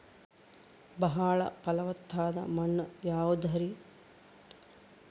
ಬಾಳ ಫಲವತ್ತಾದ ಮಣ್ಣು ಯಾವುದರಿ?